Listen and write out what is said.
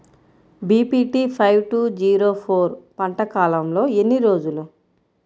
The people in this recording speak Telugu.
BPT five two zero four పంట కాలంలో ఎన్ని రోజులు?